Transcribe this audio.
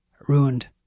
Ruined